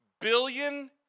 billion